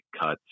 cuts